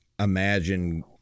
imagine